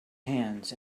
hands